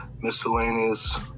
miscellaneous